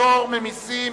פטור ממסים),